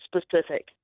specific